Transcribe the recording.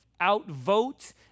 outvote